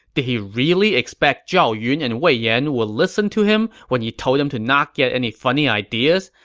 did he really expect zhao yun and wei yan would listen to him when he told them to not get any funny ideas?